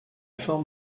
forme